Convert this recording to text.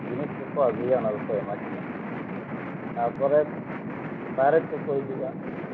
ᱡᱤᱱᱤᱥ ᱠᱚ ᱠᱚ ᱟᱹᱜᱩᱭᱟ ᱚᱱᱟ ᱠᱚ ᱠᱚ ᱮᱢᱟ ᱠᱤᱱᱟᱹ ᱛᱟᱯᱚᱨᱮ ᱵᱟᱨᱮᱛ ᱠᱚ ᱠᱚ ᱦᱤᱡᱩᱜᱼᱟ